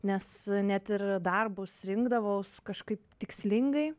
nes net ir darbus rinkdavaus kažkaip tikslingai